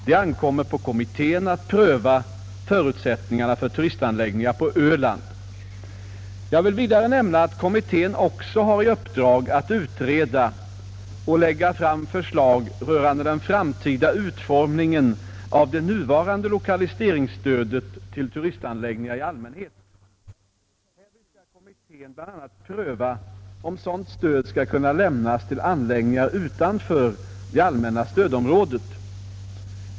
Det ankommer på kommittén att pröva förutsättningarna för turistanläggningar på Öland. Jag vill vidare nämna att kommittén också har i uppdrag att utreda och lägga fram förslag rörande den framtida utformningen av det nuvarande lokaliseringsstödet till turistanläggningar i allmänhet. Härvid skall kommittén bl.a. pröva om sådant stöd skall kunna lämnas till anläggningar utanför det allmänna stödområdet.